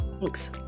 thanks